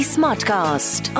Smartcast